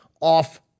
off